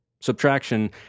subtraction